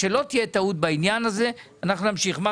שלא תהיה טעות בעניין הזה, אנחנו נמשיך.